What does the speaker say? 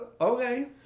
okay